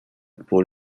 pour